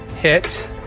Hit